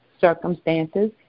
circumstances